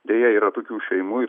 deja yra tokių šeimų ir